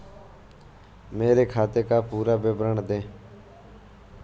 मेरे खाते का पुरा विवरण दे?